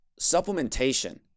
supplementation